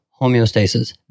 homeostasis